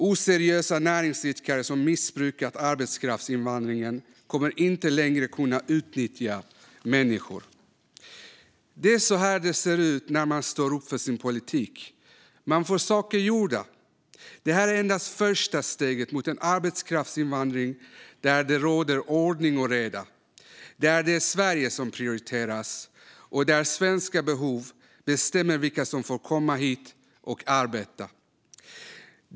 Oseriösa näringsidkare som missbrukat arbetskraftsinvandringen kommer inte längre att kunna utnyttja människor. Det är så här det ser ut när man står upp för sin politik. Man får saker gjorda. Detta är endast det första steget mot en arbetskraftsinvandring där det råder ordning och reda, där det är Sverige som prioriteras och där svenska behov bestämmer vilka som får komma hit och arbeta.